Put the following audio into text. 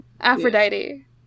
Aphrodite